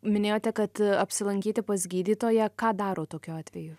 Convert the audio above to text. minėjote kad apsilankyti pas gydytoją ką daro tokiu atveju